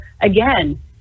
again